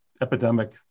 epidemic